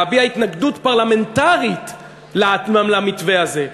להביע התנגדות פרלמנטרית למתווה הזה.